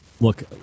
Look